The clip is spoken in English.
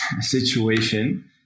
situation